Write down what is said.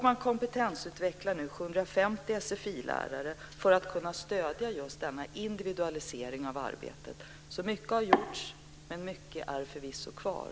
Man kompetensutvecklar nu 750 sfi-lärare för att kunna stödja denna individualisering av arbetet. Mycket har alltså gjorts, men mycket är förvisso också kvar.